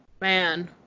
Man